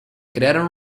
crearon